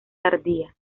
tardía